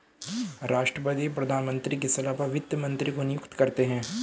राष्ट्रपति प्रधानमंत्री की सलाह पर वित्त मंत्री को नियुक्त करते है